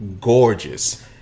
gorgeous